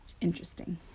interesting